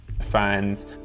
Fans